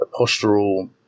postural